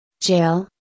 Jail